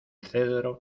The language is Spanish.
cedro